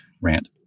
rant